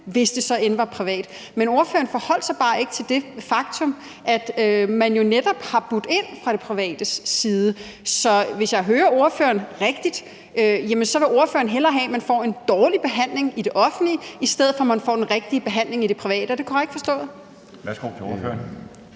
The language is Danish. som så kan være privat. Men ordføreren forholdt sig bare ikke til det faktum, at man jo netop har budt ind fra det privates side. Så hvis jeg hører ordføreren rigtigt, vil ordføreren hellere have, at man får en dårlig behandling i det offentlige, i stedet for at man får den rigtige behandling i det private. Er det korrekt forstået? Kl. 13:14 Den fg.